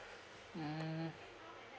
mm